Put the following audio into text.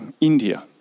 India